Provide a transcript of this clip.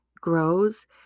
grows